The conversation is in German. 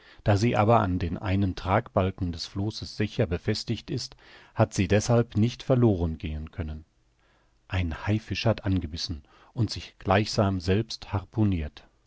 da sie aber an den einen tragbalken des flosses sicher befestigt ist hat sie deshalb nicht verloren gehen können ein haifisch hat angebissen und sich gleichsam selbst harpunirt